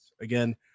again